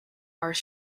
are